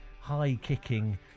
high-kicking